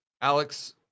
Alex